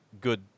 good